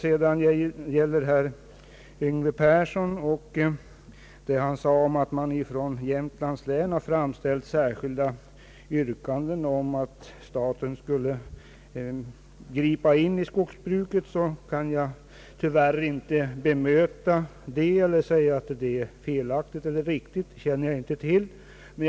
Herr Yngve Perssons påstående att det från Jämtlands län framställts särskilda yrkanden om att staten borde gripa in i skogsbruket kan jag tyvärr inte bemöta. Jag kan inte säga om det är felaktigt eller riktigt — jag känner inte till det.